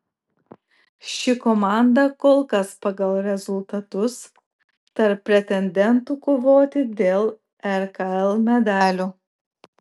ši komanda kol kas pagal rezultatus tarp pretendentų kovoti dėl rkl medalių